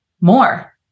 more